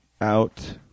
out